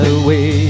away